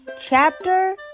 Chapter